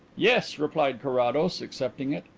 yes, replied carrados, accepting it,